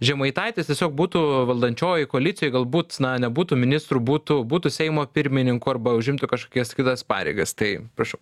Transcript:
žemaitaitis tiesiog būtų valdančiojoj koalicijoj galbūt na nebūtų ministru būtų būtų seimo pirmininku arba užimtų kažkokias kitas pareigas tai prašau